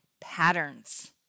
patterns